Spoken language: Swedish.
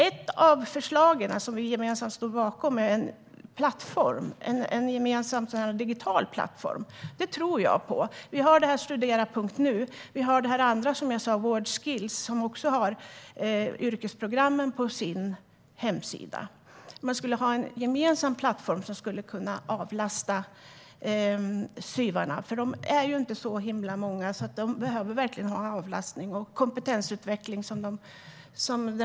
Ett av förslagen som vi gemensamt stod bakom är en gemensam digital plattform. Den tror jag på. Där finns hemsidan studera.nu. Där finns även World Skills, som också har yrkesprogram på sin hemsida. Men det skulle finnas en gemensam plattform som skulle kunna avlasta SYV:arna. De är inte så många, och de behöver verkligen avlastning och kompetensutveckling.